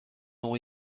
ont